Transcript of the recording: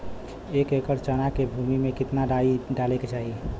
एक एकड़ चना के भूमि में कितना डाई डाले के चाही?